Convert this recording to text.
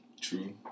True